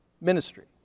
ministry